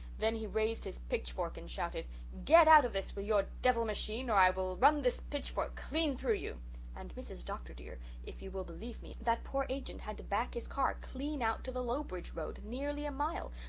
then he raised his pitchfork and shouted, get out of this this with your devil-machine or i will run this pitchfork clean through you and mrs. dr. dear, if you will believe me, that poor agent had to back his car clean out to the lowbridge road, nearly a mile,